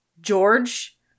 George